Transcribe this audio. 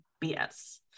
BS